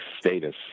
status